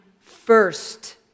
first